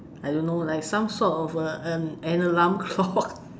I don't know like some sort of a an alarm clock